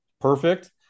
perfect